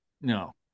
No